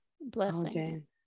blessing